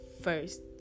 first